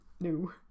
No